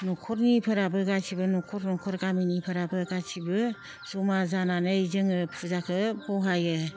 न'खरनिफोराबो गासैबो न'खर न'खर गामिनिफोराबो गासैबो जमा जानानै जोङो फुजाखौ बहायो